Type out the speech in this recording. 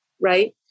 Right